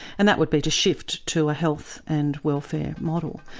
and that would be to shift to a health and welfare model,